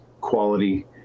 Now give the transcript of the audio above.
quality